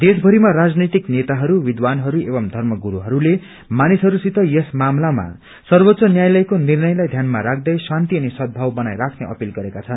दिशभरिमा राजनैतिक नेताहरू विध्वानहरू एवं धर्म गुरूहरूले मानिसहरूसित यस मामलामा सर्वोच्च न्याालयाके निर्णयलाई ध्यानमा राख्दै शान्ति अनि सदभाव बनाइराख्ने अपिल गरेका छन्